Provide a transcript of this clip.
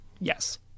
Yes